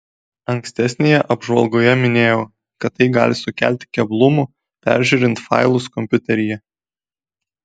ankstesnėje apžvalgoje minėjau kad tai gali sukelti keblumų peržiūrint failus kompiuteryje